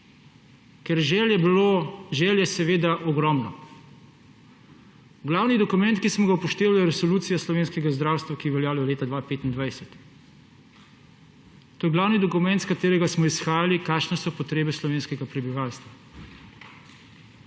ker želja je seveda ogromno. Glavni dokument, ki smo ga upoštevali, je resolucija slovenskega zdravstva, ki velja do leta 2025. To je glavni dokument, iz katerega smo izhajali, kakšne so potrebe slovenskega prebivalstva.